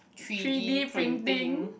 three D printing